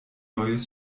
neues